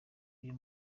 uyu